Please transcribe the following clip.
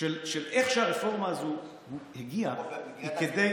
של איך שהרפורמה הזאת הגיעה היא כדי,